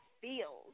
feels